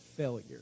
failure